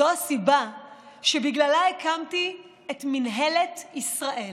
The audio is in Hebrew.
זו הסיבה שהקמתי את מינהלת ישראל.